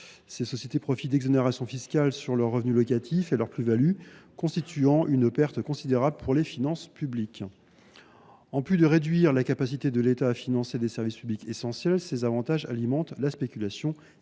Ces sociétés profitent d’exonérations fiscales sur leurs revenus locatifs et leurs plus values, avec, à la clé, une perte considérable pour les finances publiques. En plus de réduire la capacité de l’État à financer des services publics essentiels, ces avantages alimentent la spéculation immobilière.